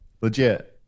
legit